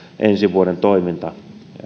ensi vuoden toimintaa